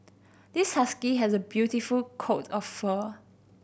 this husky has a beautiful coat of fur